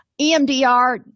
emdr